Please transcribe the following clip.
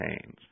change